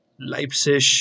Leipzig